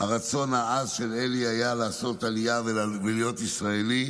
שהרצון העז של אלי היה לעשות עלייה ולהיות ישראלי.